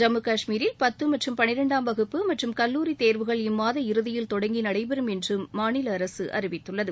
ஜம்மு கஷ்மீரில் பத்து பனிரெண்டாம் வகுப்பு மற்றும் கல்லூரி தேர்வுகள் இம்மாதம் இறுதியில் தொடங்கி நடைபெறும் என்று மாநில அரசு அறிவித்துள்ளது